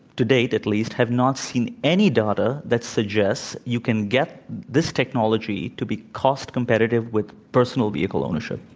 to date at least, have not seen any data that suggests you can get this technology to be cost-competitive with personal vehicle ownership.